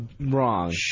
wrong